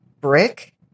brick